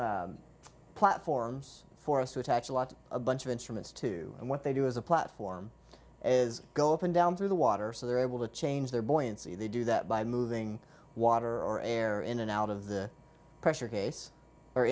are platforms for us to attach a lot of bunch of instruments to and what they do is a platform is go up and down through the water so they're able to change their buoyancy they do that by moving water or air in and out of the pressure case or